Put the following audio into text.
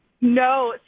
No